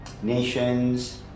nations